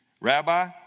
Rabbi